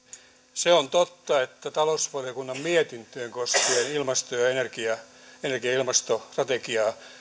se on totta että talousvaliokunnan mietintöön koskien energia ja ilmastostrategiaa